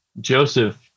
Joseph